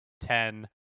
ten